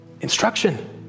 Instruction